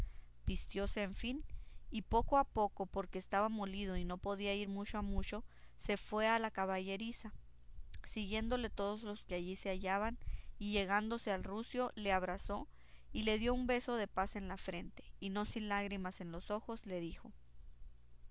se vestía vistióse en fin y poco a poco porque estaba molido y no podía ir mucho a mucho se fue a la caballeriza siguiéndole todos los que allí se hallaban y llegándose al rucio le abrazó y le dio un beso de paz en la frente y no sin lágrimas en los ojos le dijo